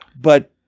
But-